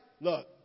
look